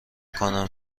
کنم